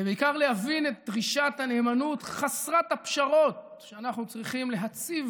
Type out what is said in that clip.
ובעיקר להבין את דרישת הנאמנות חסרת הפשרות שאנחנו צריכים להציב